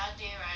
yeah